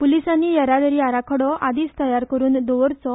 पुलिसांनी येरादारी आराखडो आदींच तयार करून दवरचो